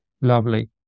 lovely